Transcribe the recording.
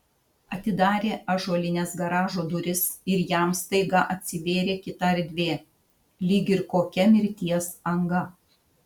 atidarė ąžuolines garažo duris ir jam staiga atsivėrė kita erdvė lyg ir kokia mirties anga